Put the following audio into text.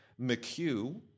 McHugh